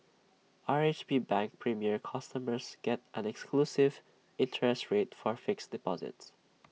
R H B bank premier customers get an exclusive interest rate for fixed deposits